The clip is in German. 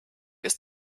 ist